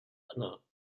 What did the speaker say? anna